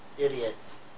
idiots